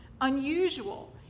unusual